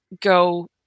go